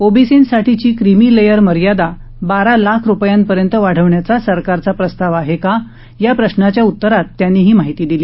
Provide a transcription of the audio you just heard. ओबीसींसाठीची creamy layer मर्यादा बारा लाख रुपयांपर्यंत वाढवण्याचा सरकारचा प्रस्ताव आहे का या प्रश्नाच्या उत्तरात त्यांनी ही माहिती दिली